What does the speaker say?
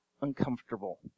uncomfortable